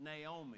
Naomi